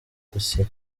dossier